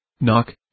Knock